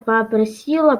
попросила